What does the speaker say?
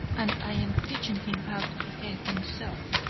and i am teaching him how to behave himself,